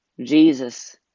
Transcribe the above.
Jesus